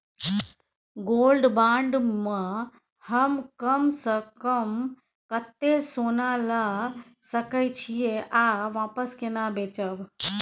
Gold bond म हम कम स कम कत्ते सोना ल सके छिए आ वापस केना बेचब?